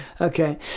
Okay